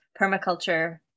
permaculture